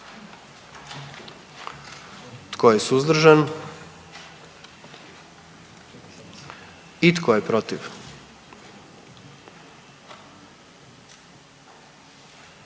Tko je suzdržan? I tko je protiv?